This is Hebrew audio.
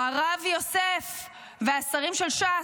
או הרב יוסף והשרים של ש"ס,